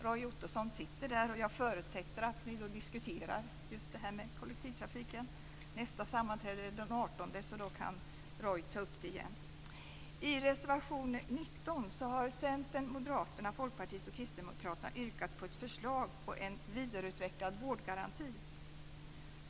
Roy Ottosson sitter i den, och jag förutsätter att man diskuterar just detta med kollektivtrafiken. Nästa sammanträde äger rum den 18 juni, så då kan Roy ta upp frågan igen. I reservation 19 har Centern, Moderaterna, Folkpartiet och Kristdemokraterna yrkat på ett förslag om en vidareutvecklad vårdgaranti.